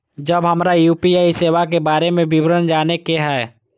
जब हमरा यू.पी.आई सेवा के बारे में विवरण जाने के हाय?